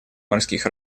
морских